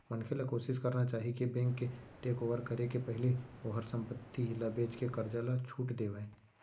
मनखे ल कोसिस करना चाही कि बेंक के टेकओवर करे के पहिली ओहर संपत्ति ल बेचके करजा ल छुट देवय